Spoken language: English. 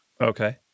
Okay